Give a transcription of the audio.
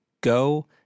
Go